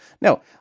Now